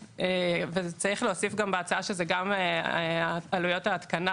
וצריך להוסיף בהצעה שאלו גם עלויות ההתקנה,